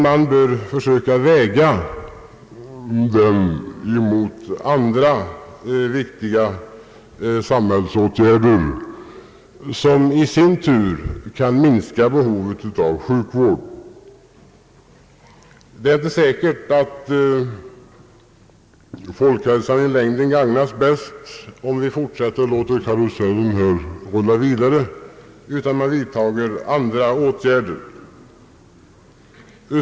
Man bör försöka väga den mot andra viktiga samhällsåtgärder, som i sin tur kan minska behovet av sjukvård. Det är inte säkert att folkhälsan i längden gagnas bäst om vi låter karusellen rulla vidare. Man bör kanske vidtaga andra åtgärder.